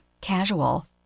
casual